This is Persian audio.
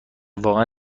واقعا